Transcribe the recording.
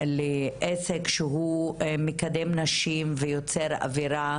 לעסק שמקדם נשים ויוצר אווירה